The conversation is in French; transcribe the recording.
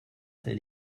tel